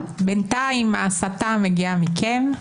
בינתיים ההסתה מגיעה מכם,